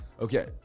Okay